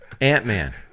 ant-man